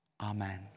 Amen